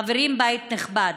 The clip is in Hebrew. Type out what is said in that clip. חברים, בית נכבד,